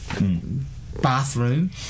bathroom